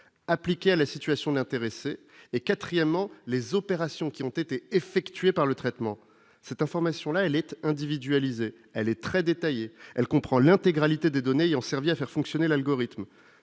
appliquées à la situation de l'intéressé et quatrièmement les opérations qui ont été effectués par le traitement cette information là elle est individualisé, elle est très détaillé, elle comprend l'intégralité des données ayant servi à faire fonctionner l'algorithme